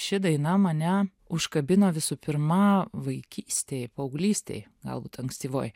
ši daina mane užkabino visų pirma vaikystėj paauglystėj galbūt ankstyvoj